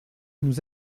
nous